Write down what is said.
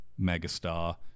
megastar